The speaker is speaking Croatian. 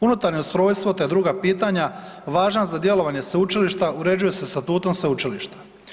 Unutarnje ustrojstvo te druga pitanja važna za djelovanje sveučilišta uređuje se Statutom sveučilišta.